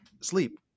sleep